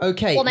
Okay